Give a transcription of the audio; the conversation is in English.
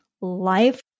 life